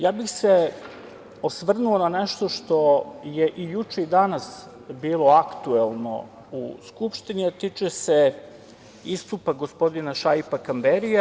Ja bih se osvrnuo na nešto što je i juče i danas bilo aktuelno u Skupštini, a tiče se istupa gospodina Šaipa Kamberija.